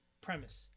premise